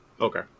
Okay